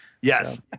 Yes